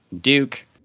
Duke